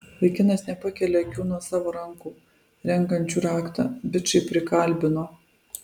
vaikinas nepakelia akių nuo savo rankų renkančių raktą bičai prikalbino